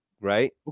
right